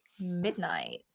Midnight